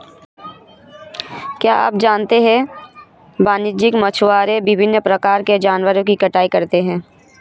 क्या आप जानते है वाणिज्यिक मछुआरे विभिन्न प्रकार के जानवरों की कटाई करते हैं?